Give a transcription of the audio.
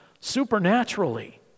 supernaturally